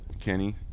Kenny